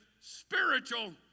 spiritual